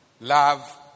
Love